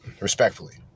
Respectfully